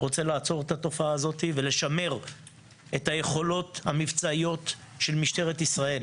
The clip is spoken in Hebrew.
רוצה לעצור את התופעה הזאת ולשמר את היכולות המבצעיות של משטרת ישראל,